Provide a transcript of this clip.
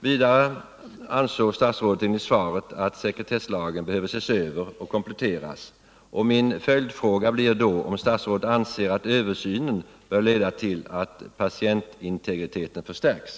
Vidare ansåg statsrådet enligt svaret att sekretesslagen behöver ses över och kompletteras. Min följdfråga blir då om statsrådet anser att översynen bör leda till att patientintegriteten förstärks.